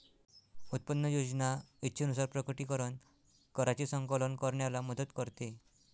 उत्पन्न योजना इच्छेनुसार प्रकटीकरण कराची संकलन करण्याला मदत करते